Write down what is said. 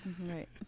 Right